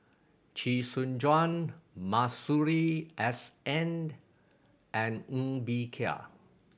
Chee Soon Juan Masuri S N and Ng Bee Kia